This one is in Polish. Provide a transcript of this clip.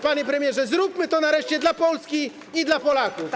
Panie premierze, zróbmy to nareszcie dla Polski i dla Polaków.